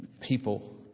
people